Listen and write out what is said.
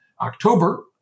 October